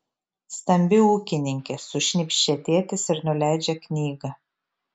stambi ūkininkė sušnypščia tėtis ir nuleidžia knygą